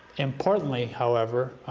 importantly, however,